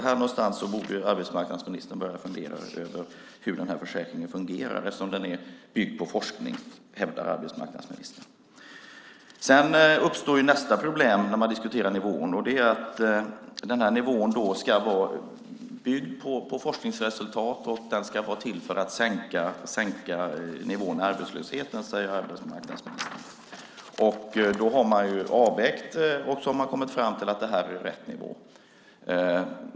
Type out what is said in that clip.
Här någonstans borde arbetsmarknadsministern börja fundera över hur försäkringen fungerar eftersom den är byggd på forskning - hävdar arbetsmarknadsministern. Sedan uppstår nästa problem när vi diskuterar nivån. Nivån ska vara byggd på forskningsresultat och den ska vara till för att sänka arbetslöshetsnivån, säger arbetsmarknadsministern. Då har man gjort avvägningar och kommit fram till att det här är rätt nivå.